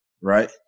right